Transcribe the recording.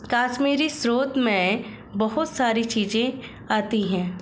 कश्मीरी स्रोत मैं बहुत सारी चीजें आती है